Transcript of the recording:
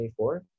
24